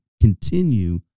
continue